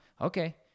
Okay